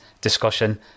discussion